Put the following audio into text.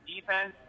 defense